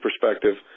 perspective